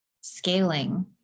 scaling